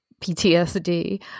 PTSD